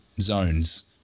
zones